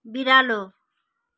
बिरालो